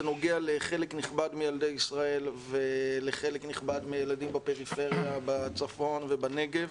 זה נוגע לחלק נכבד מילדי ישראל וחלק נכבד מילדים בפריפריה בצפון ובנגב,